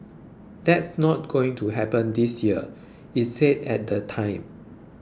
that's not going to happen this year it said at the time